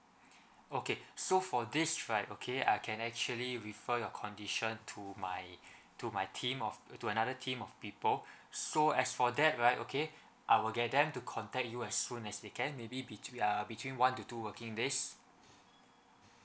okay so for this right okay I can actually refer your condition to my to my team of to another team of people so as for that right okay I will get them to contact you as soon as they can maybe between one to two working days